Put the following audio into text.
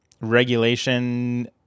regulation